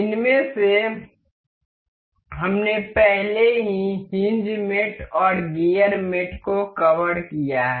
इनमें से हमने पहले से ही हिन्ज मेट और गियर मेट को कवर किया है